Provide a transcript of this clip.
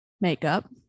makeup